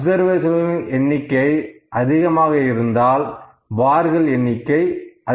அப்சர்வேஷன்களின் எண்ணிக்கை அதிகமாக இருந்தால் பார்கள் எண்ணிக்கை அதிகமாக இருக்கும்